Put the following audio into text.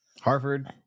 Harvard